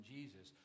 Jesus